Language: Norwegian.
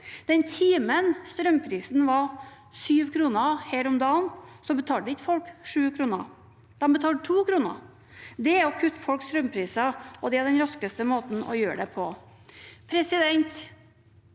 Den timen da strømprisen var 7 kr her om dagen, betalte ikke folk 7 kr, de betalte 2 kr. Det er å kutte folks strømpris, og det er den raskeste måten å gjøre det på.